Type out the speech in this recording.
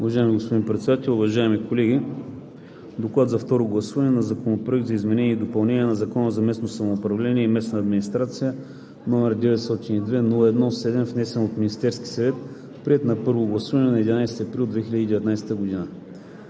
Уважаеми господин Председател, уважаеми колеги! „Доклад за второ гласуване на Законопроект за изменение и допълнение на Закона за местното самоуправление и местната администрация, № 902-01-7, внесен от Министерския съвет, приет на първо гласуване на 11 април 2019 г.